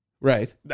Right